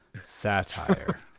satire